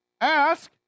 ask